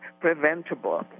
preventable